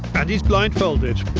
and he is blind folded.